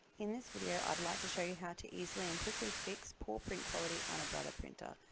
in this video i'd like to show you how to easily and quickly fix poor print quality on a brother printer.